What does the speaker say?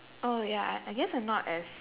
oh ya I I guess I'm not as